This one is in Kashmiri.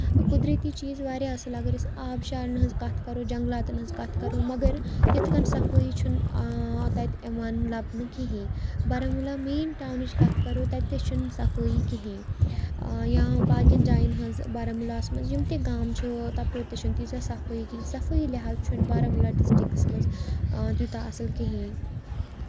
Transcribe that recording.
قۄدرٔتی چیٖز واریاہ اَصٕل اَگر أسۍ آب شارن ہٕنز کَتھ کَرو جنگلاتن ہِنز کَتھ کَرو مَگر تِتھ کٔنۍ صفٲٮٔی چھُ نہٕ تَتہِ ایٚوان لَبنہٕ کِہینۍ بارہمولہ مین ٹَونٕچ کَتھ کَرو تَتہِ تہِ چھُ نہٕ صفٲٮٔی کِہینۍ یا باقین جاین ہٕنز بارہمولس منٛز یِم تہِ گام چھِ تَپٲرۍ تہِ چھےٚ نہٕ تیٖژھ صفٲٮٔی کہیٖنۍ صفٲٮٔی لِہٰزٕ چھُ نہٕ بارہمولہ ڈِسٹرکس منٛز یوٗتاہ اَصٕل کِہیٖنۍ